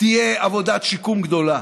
תהיה עבודת שיקום גדולה.